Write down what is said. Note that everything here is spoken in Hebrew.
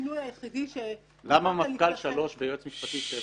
והשינוי היחידי שמובא כאן לפניכם -- למה מפכ"ל שלוש ויועץ משפטי שבע?